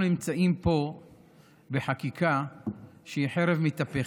אנחנו נמצאים פה בחקיקה שהיא חרב מתהפכת.